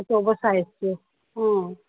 ꯑꯇꯣꯞꯄ ꯁꯥꯏꯖꯇꯨ ꯑꯥ